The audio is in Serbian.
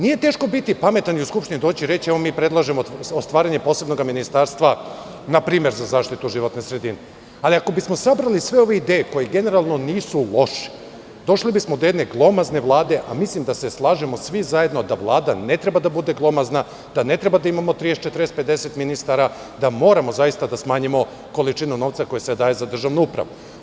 Nije teško biti pametan i u Skupštinu doći i reći – mi predlažemo stvaranje posebnog ministarstva, npr. za zaštitu životne sredine, ali ako bismo sabrali sve ove ideje koje generalno nisu loše, došli bismo do jedne glomazne Vlade, a mislim da se slažemo svi zajedno da Vlada ne treba da bude glomazna, da ne treba da imamo 30, 40, 50 ministara, da moramo zaista da smanjimo količinu novca koji se daje za državnu upravu.